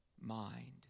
mind